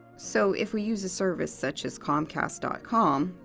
so if we use a service such as comcast dot com,